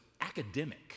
academic